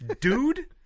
Dude